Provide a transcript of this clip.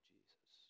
Jesus